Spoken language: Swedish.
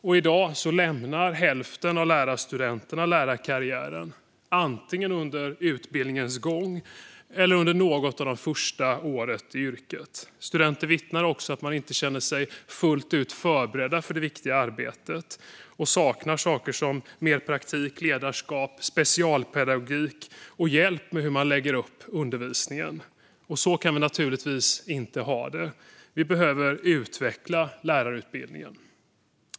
I dag lämnar hälften av lärarstudenterna lärarkarriären antingen under utbildningens gång eller under något av de första åren i yrket. Studenter vittnar också om att man inte känner sig fullt ut förberedd för det riktiga arbetet och saknar saker som mer praktik, ledarskap, specialpedagogik och hjälp med hur man lägger upp undervisningen. Så kan vi naturligtvis inte ha det. Vi behöver utveckla lärarutbildningen.